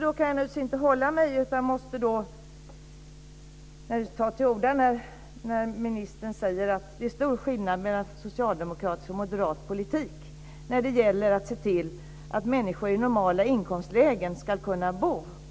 Nu kan jag naturligtvis inte hålla mig, utan måste ta till orda när ministern säger att det är stor skillnad mellan socialdemokratisk och moderat politik när det gäller att se till att människor i normala inkomstlägen ska kunna bo.